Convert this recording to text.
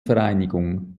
vereinigung